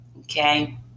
Okay